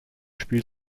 spiel